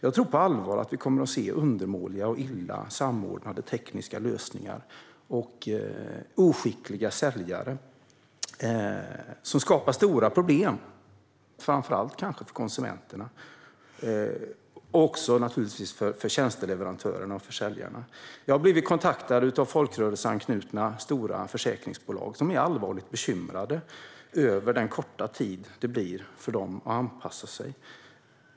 Jag tror på allvar att vi kommer att se undermåliga och illa samordnade tekniska lösningar och oskickliga säljare som skapar stora problem, kanske framför allt för konsumenterna men också för tjänsteleverantörerna och försäljarna. Jag har blivit kontaktad av stora folkrörelseanknutna försäkringsbolag som är allvarligt bekymrade över hur kort tiden blir för dem att anpassa sig.